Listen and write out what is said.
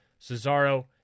Cesaro